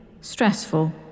stressful